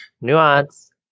Nuance